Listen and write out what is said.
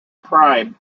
prime